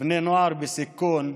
ובני נוער בסיכון,